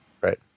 Right